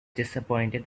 disappointed